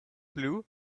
blew